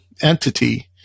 entity